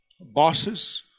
bosses